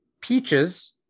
peaches